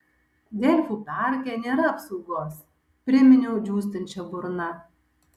delfų parke nėra apsaugos priminiau džiūstančia burna